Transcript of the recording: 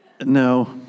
No